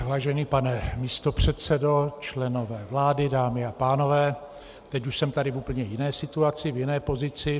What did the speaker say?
Vážený pane místopředsedo, členové vlády, dámy a pánové, teď už jsem tady v úplně jiné situaci, v jiné pozici.